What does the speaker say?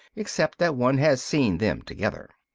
except that one has seen them together.